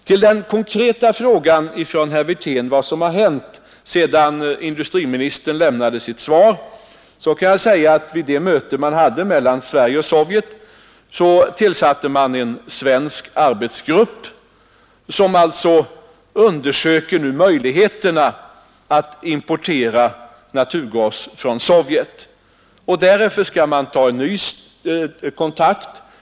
Till den konkreta frågan från herr Wirtén om vad som har hänt, sedan industriministern lämnade sitt svar, kan jag säga att vid det möte man hade mellan Sverige och Sovjet tillsattes en svensk arbetsgrupp, som nu undersöker möjligheterna att importera naturgas från Sovjet. Därefter skall man ta en ny kontakt.